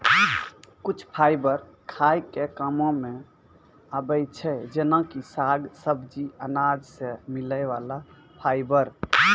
कुछ फाइबर खाय के कामों मॅ आबै छै जेना कि साग, सब्जी, अनाज सॅ मिलै वाला फाइबर